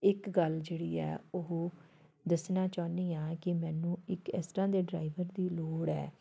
ਇੱਕ ਗੱਲ ਜਿਹੜੀ ਹੈ ਉਹ ਦੱਸਣਾ ਚਾਹੁੰਦੀ ਹਾਂ ਕਿ ਮੈਨੂੰ ਇੱਕ ਇਸ ਤਰ੍ਹਾਂ ਦੇ ਡਰਾਈਵਰ ਦੀ ਲੋੜ ਹੈ